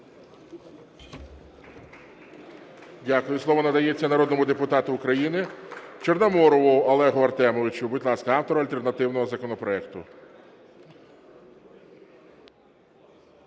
Дякую. Слово надається народному депутату України Чорноморову Олегу Артемовичу, будь ласка, автору альтернативного законопроекту.